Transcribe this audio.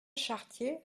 chartier